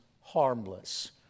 harmless